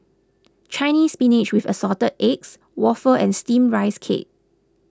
Chinese Spinach with Assorted Eggs Waffle and Steamed Rice Cake